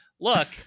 look